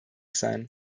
sein